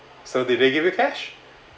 so they didn't give you cash